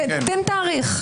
תן תאריך.